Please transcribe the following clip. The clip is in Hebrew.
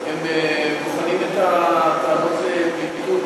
בוחנים את הטענות לפליטות